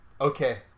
Okay